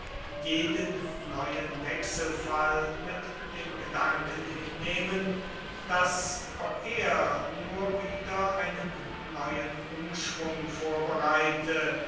jeden neuen wechselfall mit dem gedanken hinnehmen daß auch er nur wieder einen neuen umschwung vorbereite